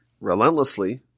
relentlessly